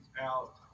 out